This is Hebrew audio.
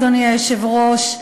אדוני היושב-ראש,